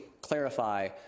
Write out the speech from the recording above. clarify